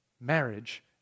Marriage